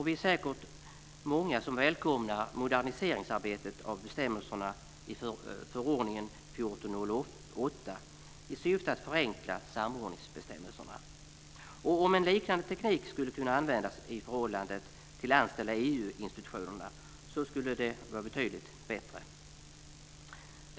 Vi är säkert många som välkomnar moderniseringsarbetet av bestämmelserna i förordningen 1408 i syfte att förenkla samordningsbestämmelserna. Om en liknande teknik skulle kunna användas i förhållandet till anställda i EU-institutionerna så skulle det vara betydligt bättre.